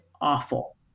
awful